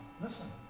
Listen